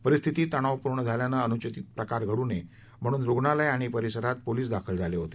परिस्थिती तणावपूर्ण झाल्याने अनुचित प्रकार घडू नये म्हणून रुग्णालय आणि परिसरात पोलीस दाखल झाले होते